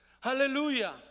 Hallelujah